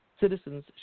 citizens